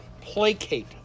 placate